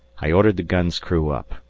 i ordered the gun's crew up,